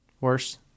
Worse